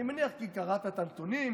אני מניח שזה כי קראת את הנתונים,